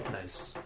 nice